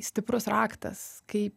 stiprus raktas kaip